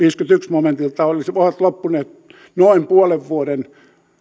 momentilta viisikymmentäyksi olisivat loppuneet noin puolen vuoden